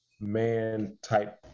man-type